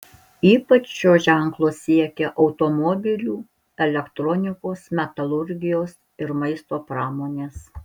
ypač šio ženklo siekia automobilių elektronikos metalurgijos ir maisto pramonės